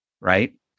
right